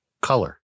color